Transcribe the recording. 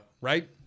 right